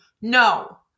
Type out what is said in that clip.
No